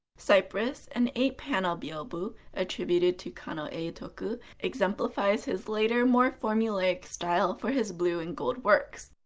cypress, an eight panel byobu attributed to kano eitoku, exemplifies his later, more formulaic style for his blue-and-gold works.